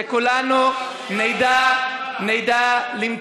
נא לא להפריע.